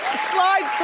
slide